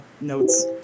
notes